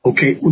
Okay